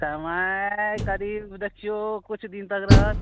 समय करीब दखियौ किछु दिन तक रहत